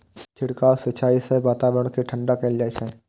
छिड़काव सिंचाइ सं वातावरण कें ठंढा कैल जाइ छै